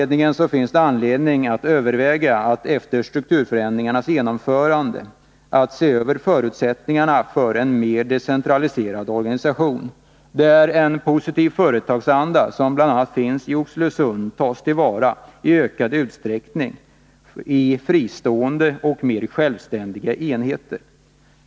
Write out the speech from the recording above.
Därför finns det anledning att överväga att efter strukturförändringarnas genomförande se över förutsättningarna för en mer decentraliserad organisation, där den positiva företagsanda som bl.a. finns i Oxelösund tas till vara i ökad utsträckning i fristående och mer självständiga enheter.